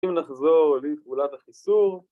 ‫אם נחזור לפעולת החיסור...